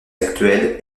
actuelle